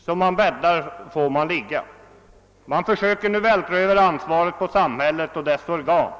Som man bäddar får man ligga. Man försöker nu vältra över ansvaret på samhället och dess organ.